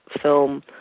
film